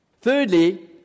Thirdly